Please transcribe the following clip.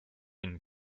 une